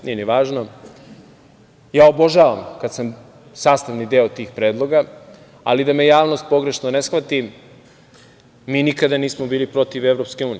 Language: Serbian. Nije ni važno, ja obožavam kad sam sastavni deo tih predloga, ali da me javnost pogrešno ne shvati, mi nikada nismo bili protiv EU.